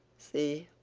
see,